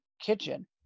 kitchen